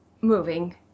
moving